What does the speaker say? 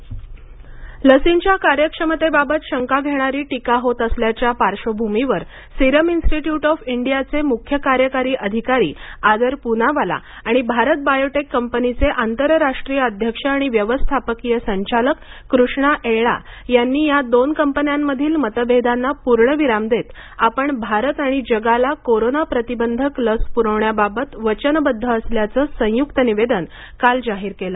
Serum institute लसींच्या कार्यक्षमतेबाबत शंका घेणारी टीका होत असल्याच्या पार्श्वभूमीवर सीरम इन्स्टीट्यूट ऑफ इंडिया चे मुख्य कार्यकारी अधिकारी आदर पूनावाला आणि भारत बायोटेक कंपनीचे आंतरराष्ट्रीय अध्यक्ष आणि व्यवस्थापकीय संचालक कृष्णा एळळा यांनी या दोन कंपन्यांमधील मतभेदांना पूर्णविराम देत आपण भारत आणि जगाला कोरोना प्रतिबंधक लस पुरविण्याबाबत वचनबद्द असल्याचे संयुक्त निवेदन काल जाहीर केले